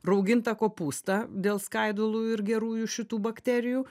raugintą kopūstą dėl skaidulų ir gerųjų šitų bakterijų